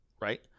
right